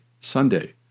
Sunday